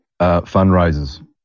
fundraisers